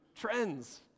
Trends